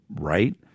right